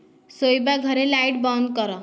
ଶୋଇବା ଘରେ ଲାଇଟ୍ ବନ୍ଦ କର